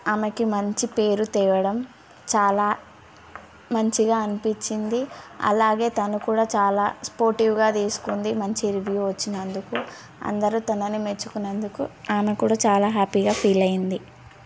ఆమెకి మంచి పేరు తేవడం చాలా మంచిగా అనిపిచ్చింది అలాగే తను కూడా చాలా స్పోర్టివ్గా తీసుకుంది మంచి రివ్యూ వచ్చినందుకు అందరు తనని మెచ్చుకున్నందుకు ఆమె కూడా చాలా హ్యాపీగా ఫీల్ అయ్యింది